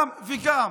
גם וגם.